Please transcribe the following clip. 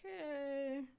okay